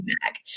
back